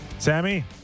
Sammy